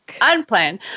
unplanned